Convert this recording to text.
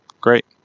Great